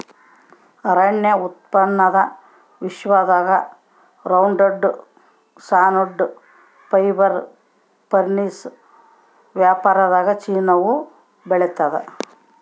ಅರಣ್ಯ ಉತ್ಪನ್ನ ವಿಶ್ವದಾಗ ರೌಂಡ್ವುಡ್ ಸಾನ್ವುಡ್ ಫೈಬರ್ ಫರ್ನಿಶ್ ವ್ಯಾಪಾರದಾಗಚೀನಾವು ಬೆಳಿತಾದ